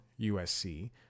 USC